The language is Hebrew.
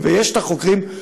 ויש חוקרים,